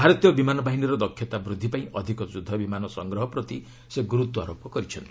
ଭାରତୀୟ ବିମାନବାହିନୀର ଦକ୍ଷତା ବୃଦ୍ଧି ପାଇଁ ଅଧିକ ଯୁଦ୍ଧବିମାନ ସଂଗ୍ରହ ପ୍ରତି ସେ ଗୁରୁତ୍ୱାରୋପ କହିଛନ୍ତି